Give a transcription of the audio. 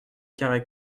carrey